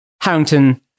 Harrington